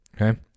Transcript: Okay